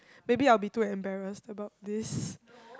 maybe I will be too embarrassed about this